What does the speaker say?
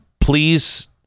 please